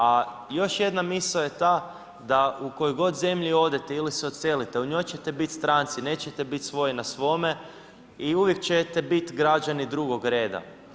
A još jedna misao je ta da u koju god zemlju odete ili se odselite u njoj ćete biti stranci, nećete biti svoj na svome i uvijek ćete bit građani drugog reda.